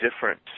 different